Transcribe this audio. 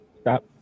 Stop